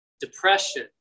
depression